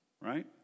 Right